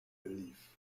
relief